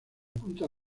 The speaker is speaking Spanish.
punta